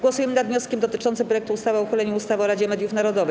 Głosujemy nad wnioskiem dotyczącym projektu ustawy o uchyleniu ustawy o Radzie Mediów Narodowych.